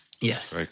Yes